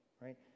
right